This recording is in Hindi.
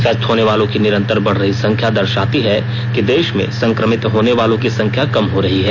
स्वस्थ होने वालों की निरंतर बढ़ रही संख्या दर्शाती है कि देश में संक्रमित होने वालों की संख्या कम हो रही है